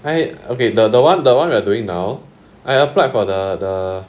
I okay the the [one] the [one] we are doing now I applied for the the